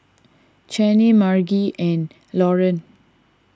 Chanie Margie and Lauren